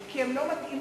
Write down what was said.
כי הם לא מתאימים,